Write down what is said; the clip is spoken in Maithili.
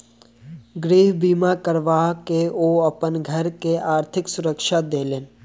गृह बीमा करबा के ओ अपन घर के आर्थिक सुरक्षा देलैन